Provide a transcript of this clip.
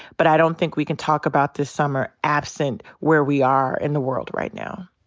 but i don't think we can talk about this summer absent where we are in the world right now.